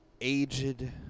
aged